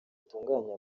zitunganya